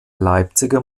leipziger